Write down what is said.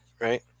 right